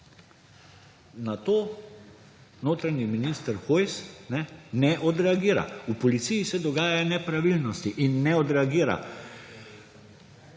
Na to notranji minister Hojs ne odreagira. V policiji se dogajajo nepravilnosti in ne odreagira.